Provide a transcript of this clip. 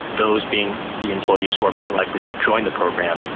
those being the employees who are more likely to join the program.